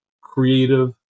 creative